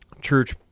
church